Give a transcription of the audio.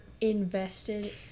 invested